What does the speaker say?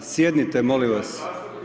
Sjednite, molim vas.